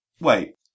Wait